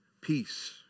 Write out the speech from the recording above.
peace